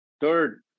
Third